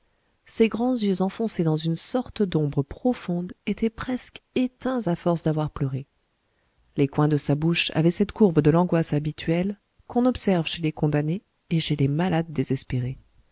ses grands yeux enfoncés dans une sorte d'ombre profonde étaient presque éteints à force d'avoir pleuré les coins de sa bouche avaient cette courbe de l'angoisse habituelle qu'on observe chez les condamnés et chez les malades désespérés